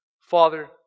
Father